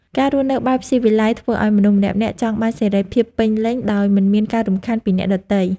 ការរស់នៅបែបស៊ីវិល័យធ្វើឱ្យមនុស្សម្នាក់ៗចង់បានសេរីភាពពេញលេញដោយមិនមានការរំខានពីអ្នកដទៃ។